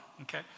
Okay